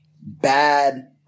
bad